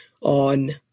on